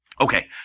Okay